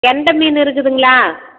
கெண்டை மீன் இருக்குதுங்களா